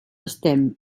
estem